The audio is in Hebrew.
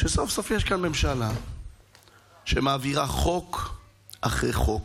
שסוף-סוף יש כאן ממשלה שמעבירה חוק אחרי חוק,